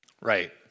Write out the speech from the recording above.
Right